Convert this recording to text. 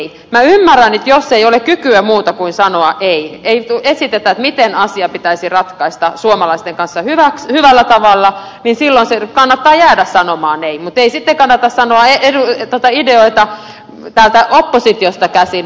minä ymmärrän että jos ei ole kykyä muuta kuin sanoa ei jos ei esitetä miten asia pitäisi ratkaista suomalaisten kannalta hyvällä tavalla niin silloin kannattaa jäädä sanomaan ei mutta ei sitten kannata sanoa ideoita oppositiosta käsin